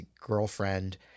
girlfriend